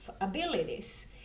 abilities